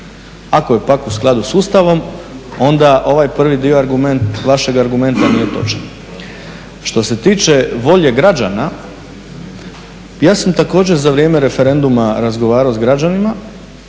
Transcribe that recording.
Ako je pak u skladu s Ustavom onda ovaj prvi dio vašeg argumenta nije točan. Što se tiče volje građana, ja sam također za vrijeme referenduma razgovarao s građanima